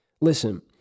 listen